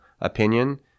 opinion